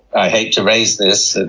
i hate to raise this